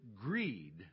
greed